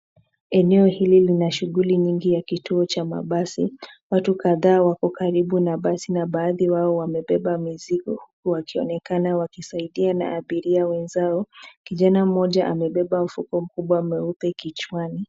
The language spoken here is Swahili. Eneo hili lina shughuli nyingi ya kituo cha mabasi. Watu kadhaa wapo karibu na basi na baadhi yao wamebeba mizigo huku wakionekana wakisaidia na abiria wenzao. Kijana mmoja amebeba mfuko mkubwa mweupe kichwani.